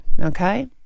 okay